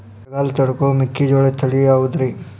ಬರಗಾಲ ತಡಕೋ ಮೆಕ್ಕಿಜೋಳ ತಳಿಯಾವುದ್ರೇ?